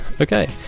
Okay